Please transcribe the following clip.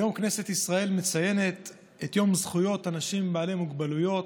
היום כנסת ישראל מציינת את יום זכויות אנשים בעלי מוגבלויות.